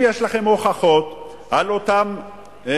אם יש לכם הוכחות על אותן עמותות,